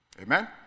Amen